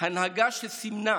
הנהגה שסימנה